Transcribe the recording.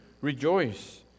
Rejoice